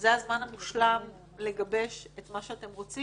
שזה הזמן המושלם לגבש את מה שאתם רוצים